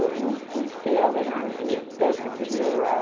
but we we feel that on the basis of your